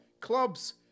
Clubs